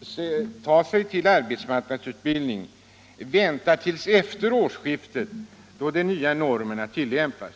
söka sig till arbetsmarknadsutbildning väntar till efter årsskiftet då de nya normerna tillämpas.